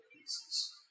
pieces